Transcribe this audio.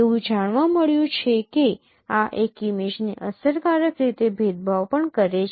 એવું જાણવા મળ્યું છે કે આ એક ઇમેજ ને અસરકારક રીતે ભેદભાવ પણ કરે છે